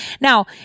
Now